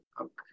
Okay